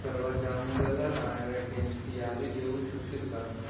परवा जामनगरला जाणाऱ्या ट्रेन्सची यादी देऊ शकशील का